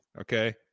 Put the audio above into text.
Okay